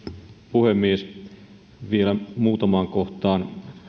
puhemies vielä muutamaan kohtaan